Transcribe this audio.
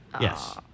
Yes